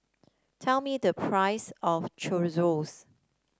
tell me the price of Chorizos